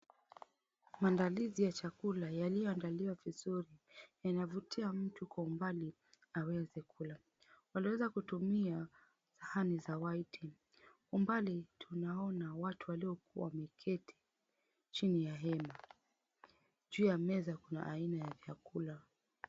Maandalizi ya chakula yaliyoandaliwa vizuri yanavutia mtu kwa mbali aweze kula. Waliweza kutumia sahani za white . Umbali tunaona watu waliokuwa wamekaa chini ya hema. Juu ya meza kuna aina ya vyakula.